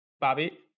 Bobby